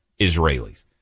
Israelis